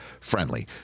friendly